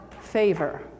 Favor